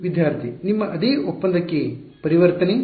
ವಿದ್ಯಾರ್ಥಿ ಸಮಯ ನೋಡಿ 1833 ನಿಮ್ಮ ಅದೇ ಒಪ್ಪಂದಕ್ಕೆ ಪರಿವರ್ತನೆ